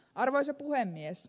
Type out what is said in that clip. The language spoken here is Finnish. arvoisa puhemies